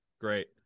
Great